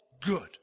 good